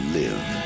live